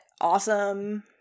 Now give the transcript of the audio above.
awesome